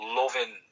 loving